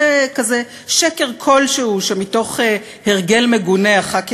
זה כזה שקר כלשהו שמתוך הרגל מגונה חברי